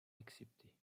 accepter